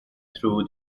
through